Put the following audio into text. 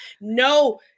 no